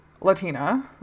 Latina